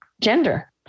gender